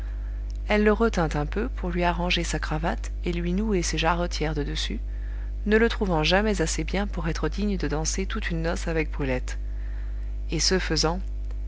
elle le retint un peu pour lui arranger sa cravate et lui nouer ses jarretières de dessus ne le trouvant jamais assez bien pour être digne de danser toute une noce avec brulette et ce faisant